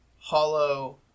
Hollow